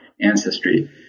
ancestry